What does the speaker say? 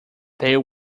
there